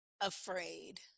afraid